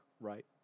right